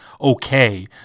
okay